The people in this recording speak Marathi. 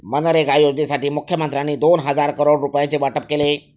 मनरेगा योजनेसाठी मुखमंत्र्यांनी दोन हजार करोड रुपयांचे वाटप केले